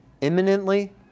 Imminently